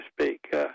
speak